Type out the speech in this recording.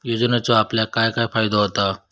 योजनेचो आपल्याक काय काय फायदो होता?